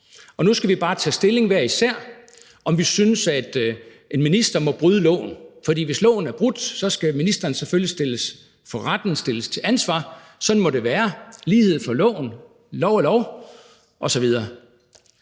især skal tage stilling til, om vi synes, at en minister må bryde loven. For hvis loven er brudt, skal ministeren selvfølgelig stilles for retten, stilles til ansvar – sådan må det være: at der skal være lighed for loven, at lov er lov osv.